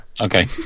okay